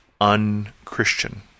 un-Christian